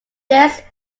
this